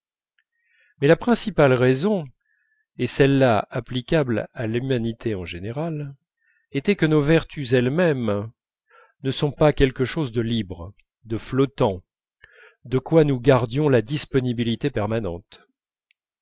mais la principale raison et celle-là applicable à l'humanité en général était que nos vertus elles-mêmes ne sont pas quelque chose de libre de flottant de quoi nous gardions la disponibilité permanente